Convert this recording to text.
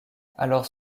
alors